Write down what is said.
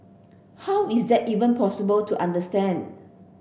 how is that even possible to understand